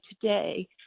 today